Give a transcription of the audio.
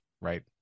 right